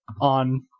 on